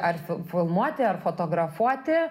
ar fil filmuoti ar fotografuoti